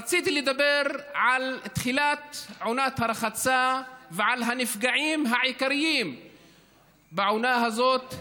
רציתי לדבר על תחילת עונת הרחצה ועל הנפגעים העיקריים בעונה הזאת,